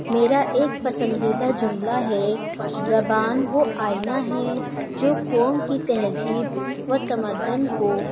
میرا ایک پسندیدہ جملہ ہے زبان وہ آئینہ ہے جو قوم کی تہذیب و تمدن کو